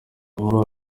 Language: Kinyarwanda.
inkuru